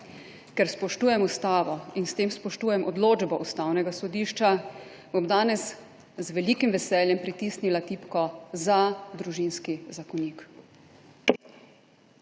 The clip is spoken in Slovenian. ker spoštujem Ustavo in s tem spoštujem odločbo Ustavnega sodišča, bom danes z velikim veseljem pritisnila tipko za Družinski zakonik.